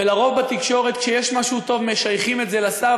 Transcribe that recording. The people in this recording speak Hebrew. ולרוב בתקשורת כשיש משהו טוב משייכים את זה לשר,